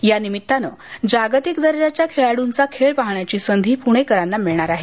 या निमित्तानं जागतिक दर्जाच्या खेळाडूंचा खेळ पाहण्याची संघी पुणेकरांना मिळणार आहे